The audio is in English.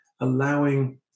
allowing